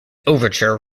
overture